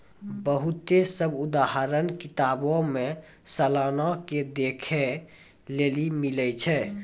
बहुते सभ उदाहरण किताबो मे सलाना के देखै लेली मिलै छै